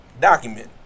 document